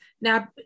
now